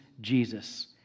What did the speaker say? Jesus